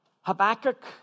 Habakkuk